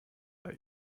bei